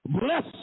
bless